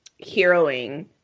heroing